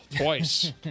twice